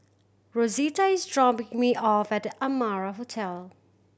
Rosita is dropping me off at The Amara Hotel